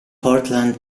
portland